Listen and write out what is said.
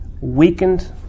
weakened